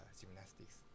gymnastics